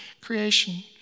creation